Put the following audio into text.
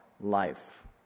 life